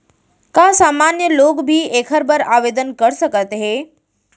का सामान्य लोग भी एखर बर आवदेन कर सकत हे?